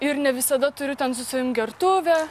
ir ne visada turiu ten su savim gertuvę